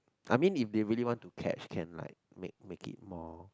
I mean if they really want to catch can like make make it more